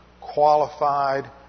qualified